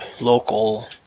local